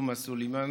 תומא סלימאן.